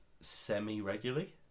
semi-regularly